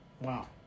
Wow